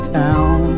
town